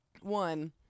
one